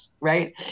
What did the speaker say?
right